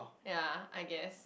ya I guess